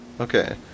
Okay